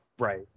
Right